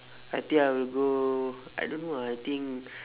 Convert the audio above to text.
I think I'll go I don't know ah I think